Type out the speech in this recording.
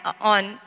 on